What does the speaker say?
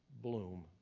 bloom